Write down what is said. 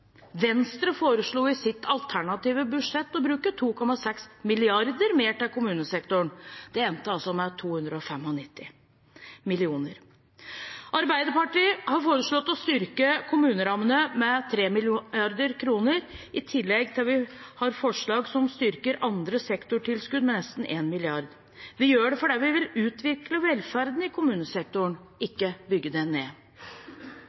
Venstre foreslo i sitt alternative budsjett å bruke 2,6 mrd. kr mer til kommunesektoren. Det endte altså med 295 mill. kr. Arbeiderpartiet har foreslått å styrke kommunerammene med 3 mrd. kr, i tillegg til forslag om å styrke andre sektortilskudd med nesten 1 mrd. kr. Vi gjør det fordi vi vil utvikle velferden i kommunesektoren, ikke bygge den ned.